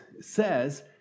says